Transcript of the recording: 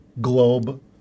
globe